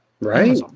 Right